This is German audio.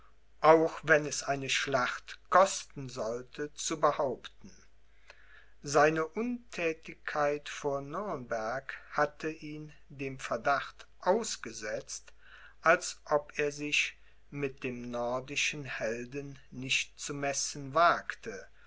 auch wenn es eine schlacht kosten sollte zu behaupten seine unthätigkeit vor nürnberg hatte ihn dem verdacht ausgesetzt als ob er sich mit dem nordischen helden nicht zu messen wagte